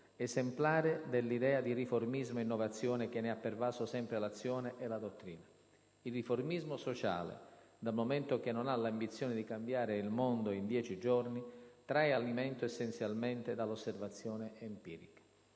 esemplare dell'idea di riformismo e innovazione che ne ha pervaso sempre l'azione e la dottrina: «Il riformismo sociale, dal momento che non ha l'ambizione di cambiare il mondo in dieci giorni, trae alimento essenzialmente dall'osservazione empirica».